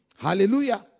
Hallelujah